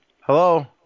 Hello